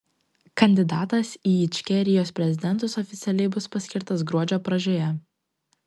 kandidatas į ičkerijos prezidentus oficialiai bus paskirtas gruodžio pradžioje